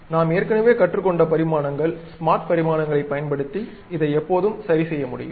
நாம் ஏற்கனவே கற்றுக்கொண்ட பரிமாணங்கள் ஸ்மார்ட் பரிமாணங்களைப் பயன்படுத்தி இதை எப்போதும் சரிசெய்ய முடியும்